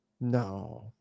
No